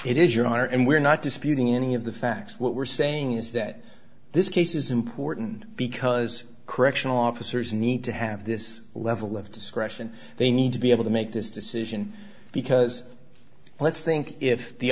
it is your honor and we're not disputing any of the facts what we're saying is that this case is important because correctional officers need to have this level of discretion they need to be able to make this decision because let's think if the